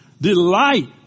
delight